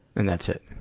and that's it.